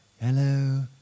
hello